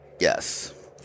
Yes